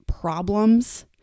problems